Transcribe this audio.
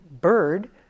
bird